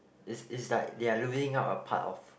it's it's like they are losing up a part of